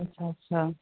اچھا اچھا